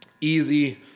easy